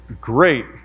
great